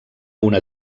una